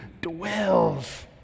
dwells